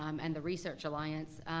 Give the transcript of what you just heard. um and the research alliance.